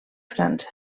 frança